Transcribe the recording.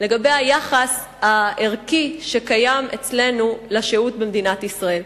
לגבי היחס הערכי שקיים אצלנו לשהות במדינת ישראל.